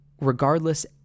regardless